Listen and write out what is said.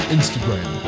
Instagram